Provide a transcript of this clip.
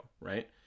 right